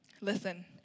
Listen